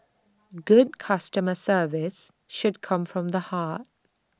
good customer service should come from the heart